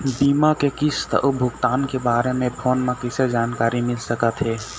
बीमा के किस्त अऊ भुगतान के बारे मे फोन म कइसे जानकारी मिल सकत हे?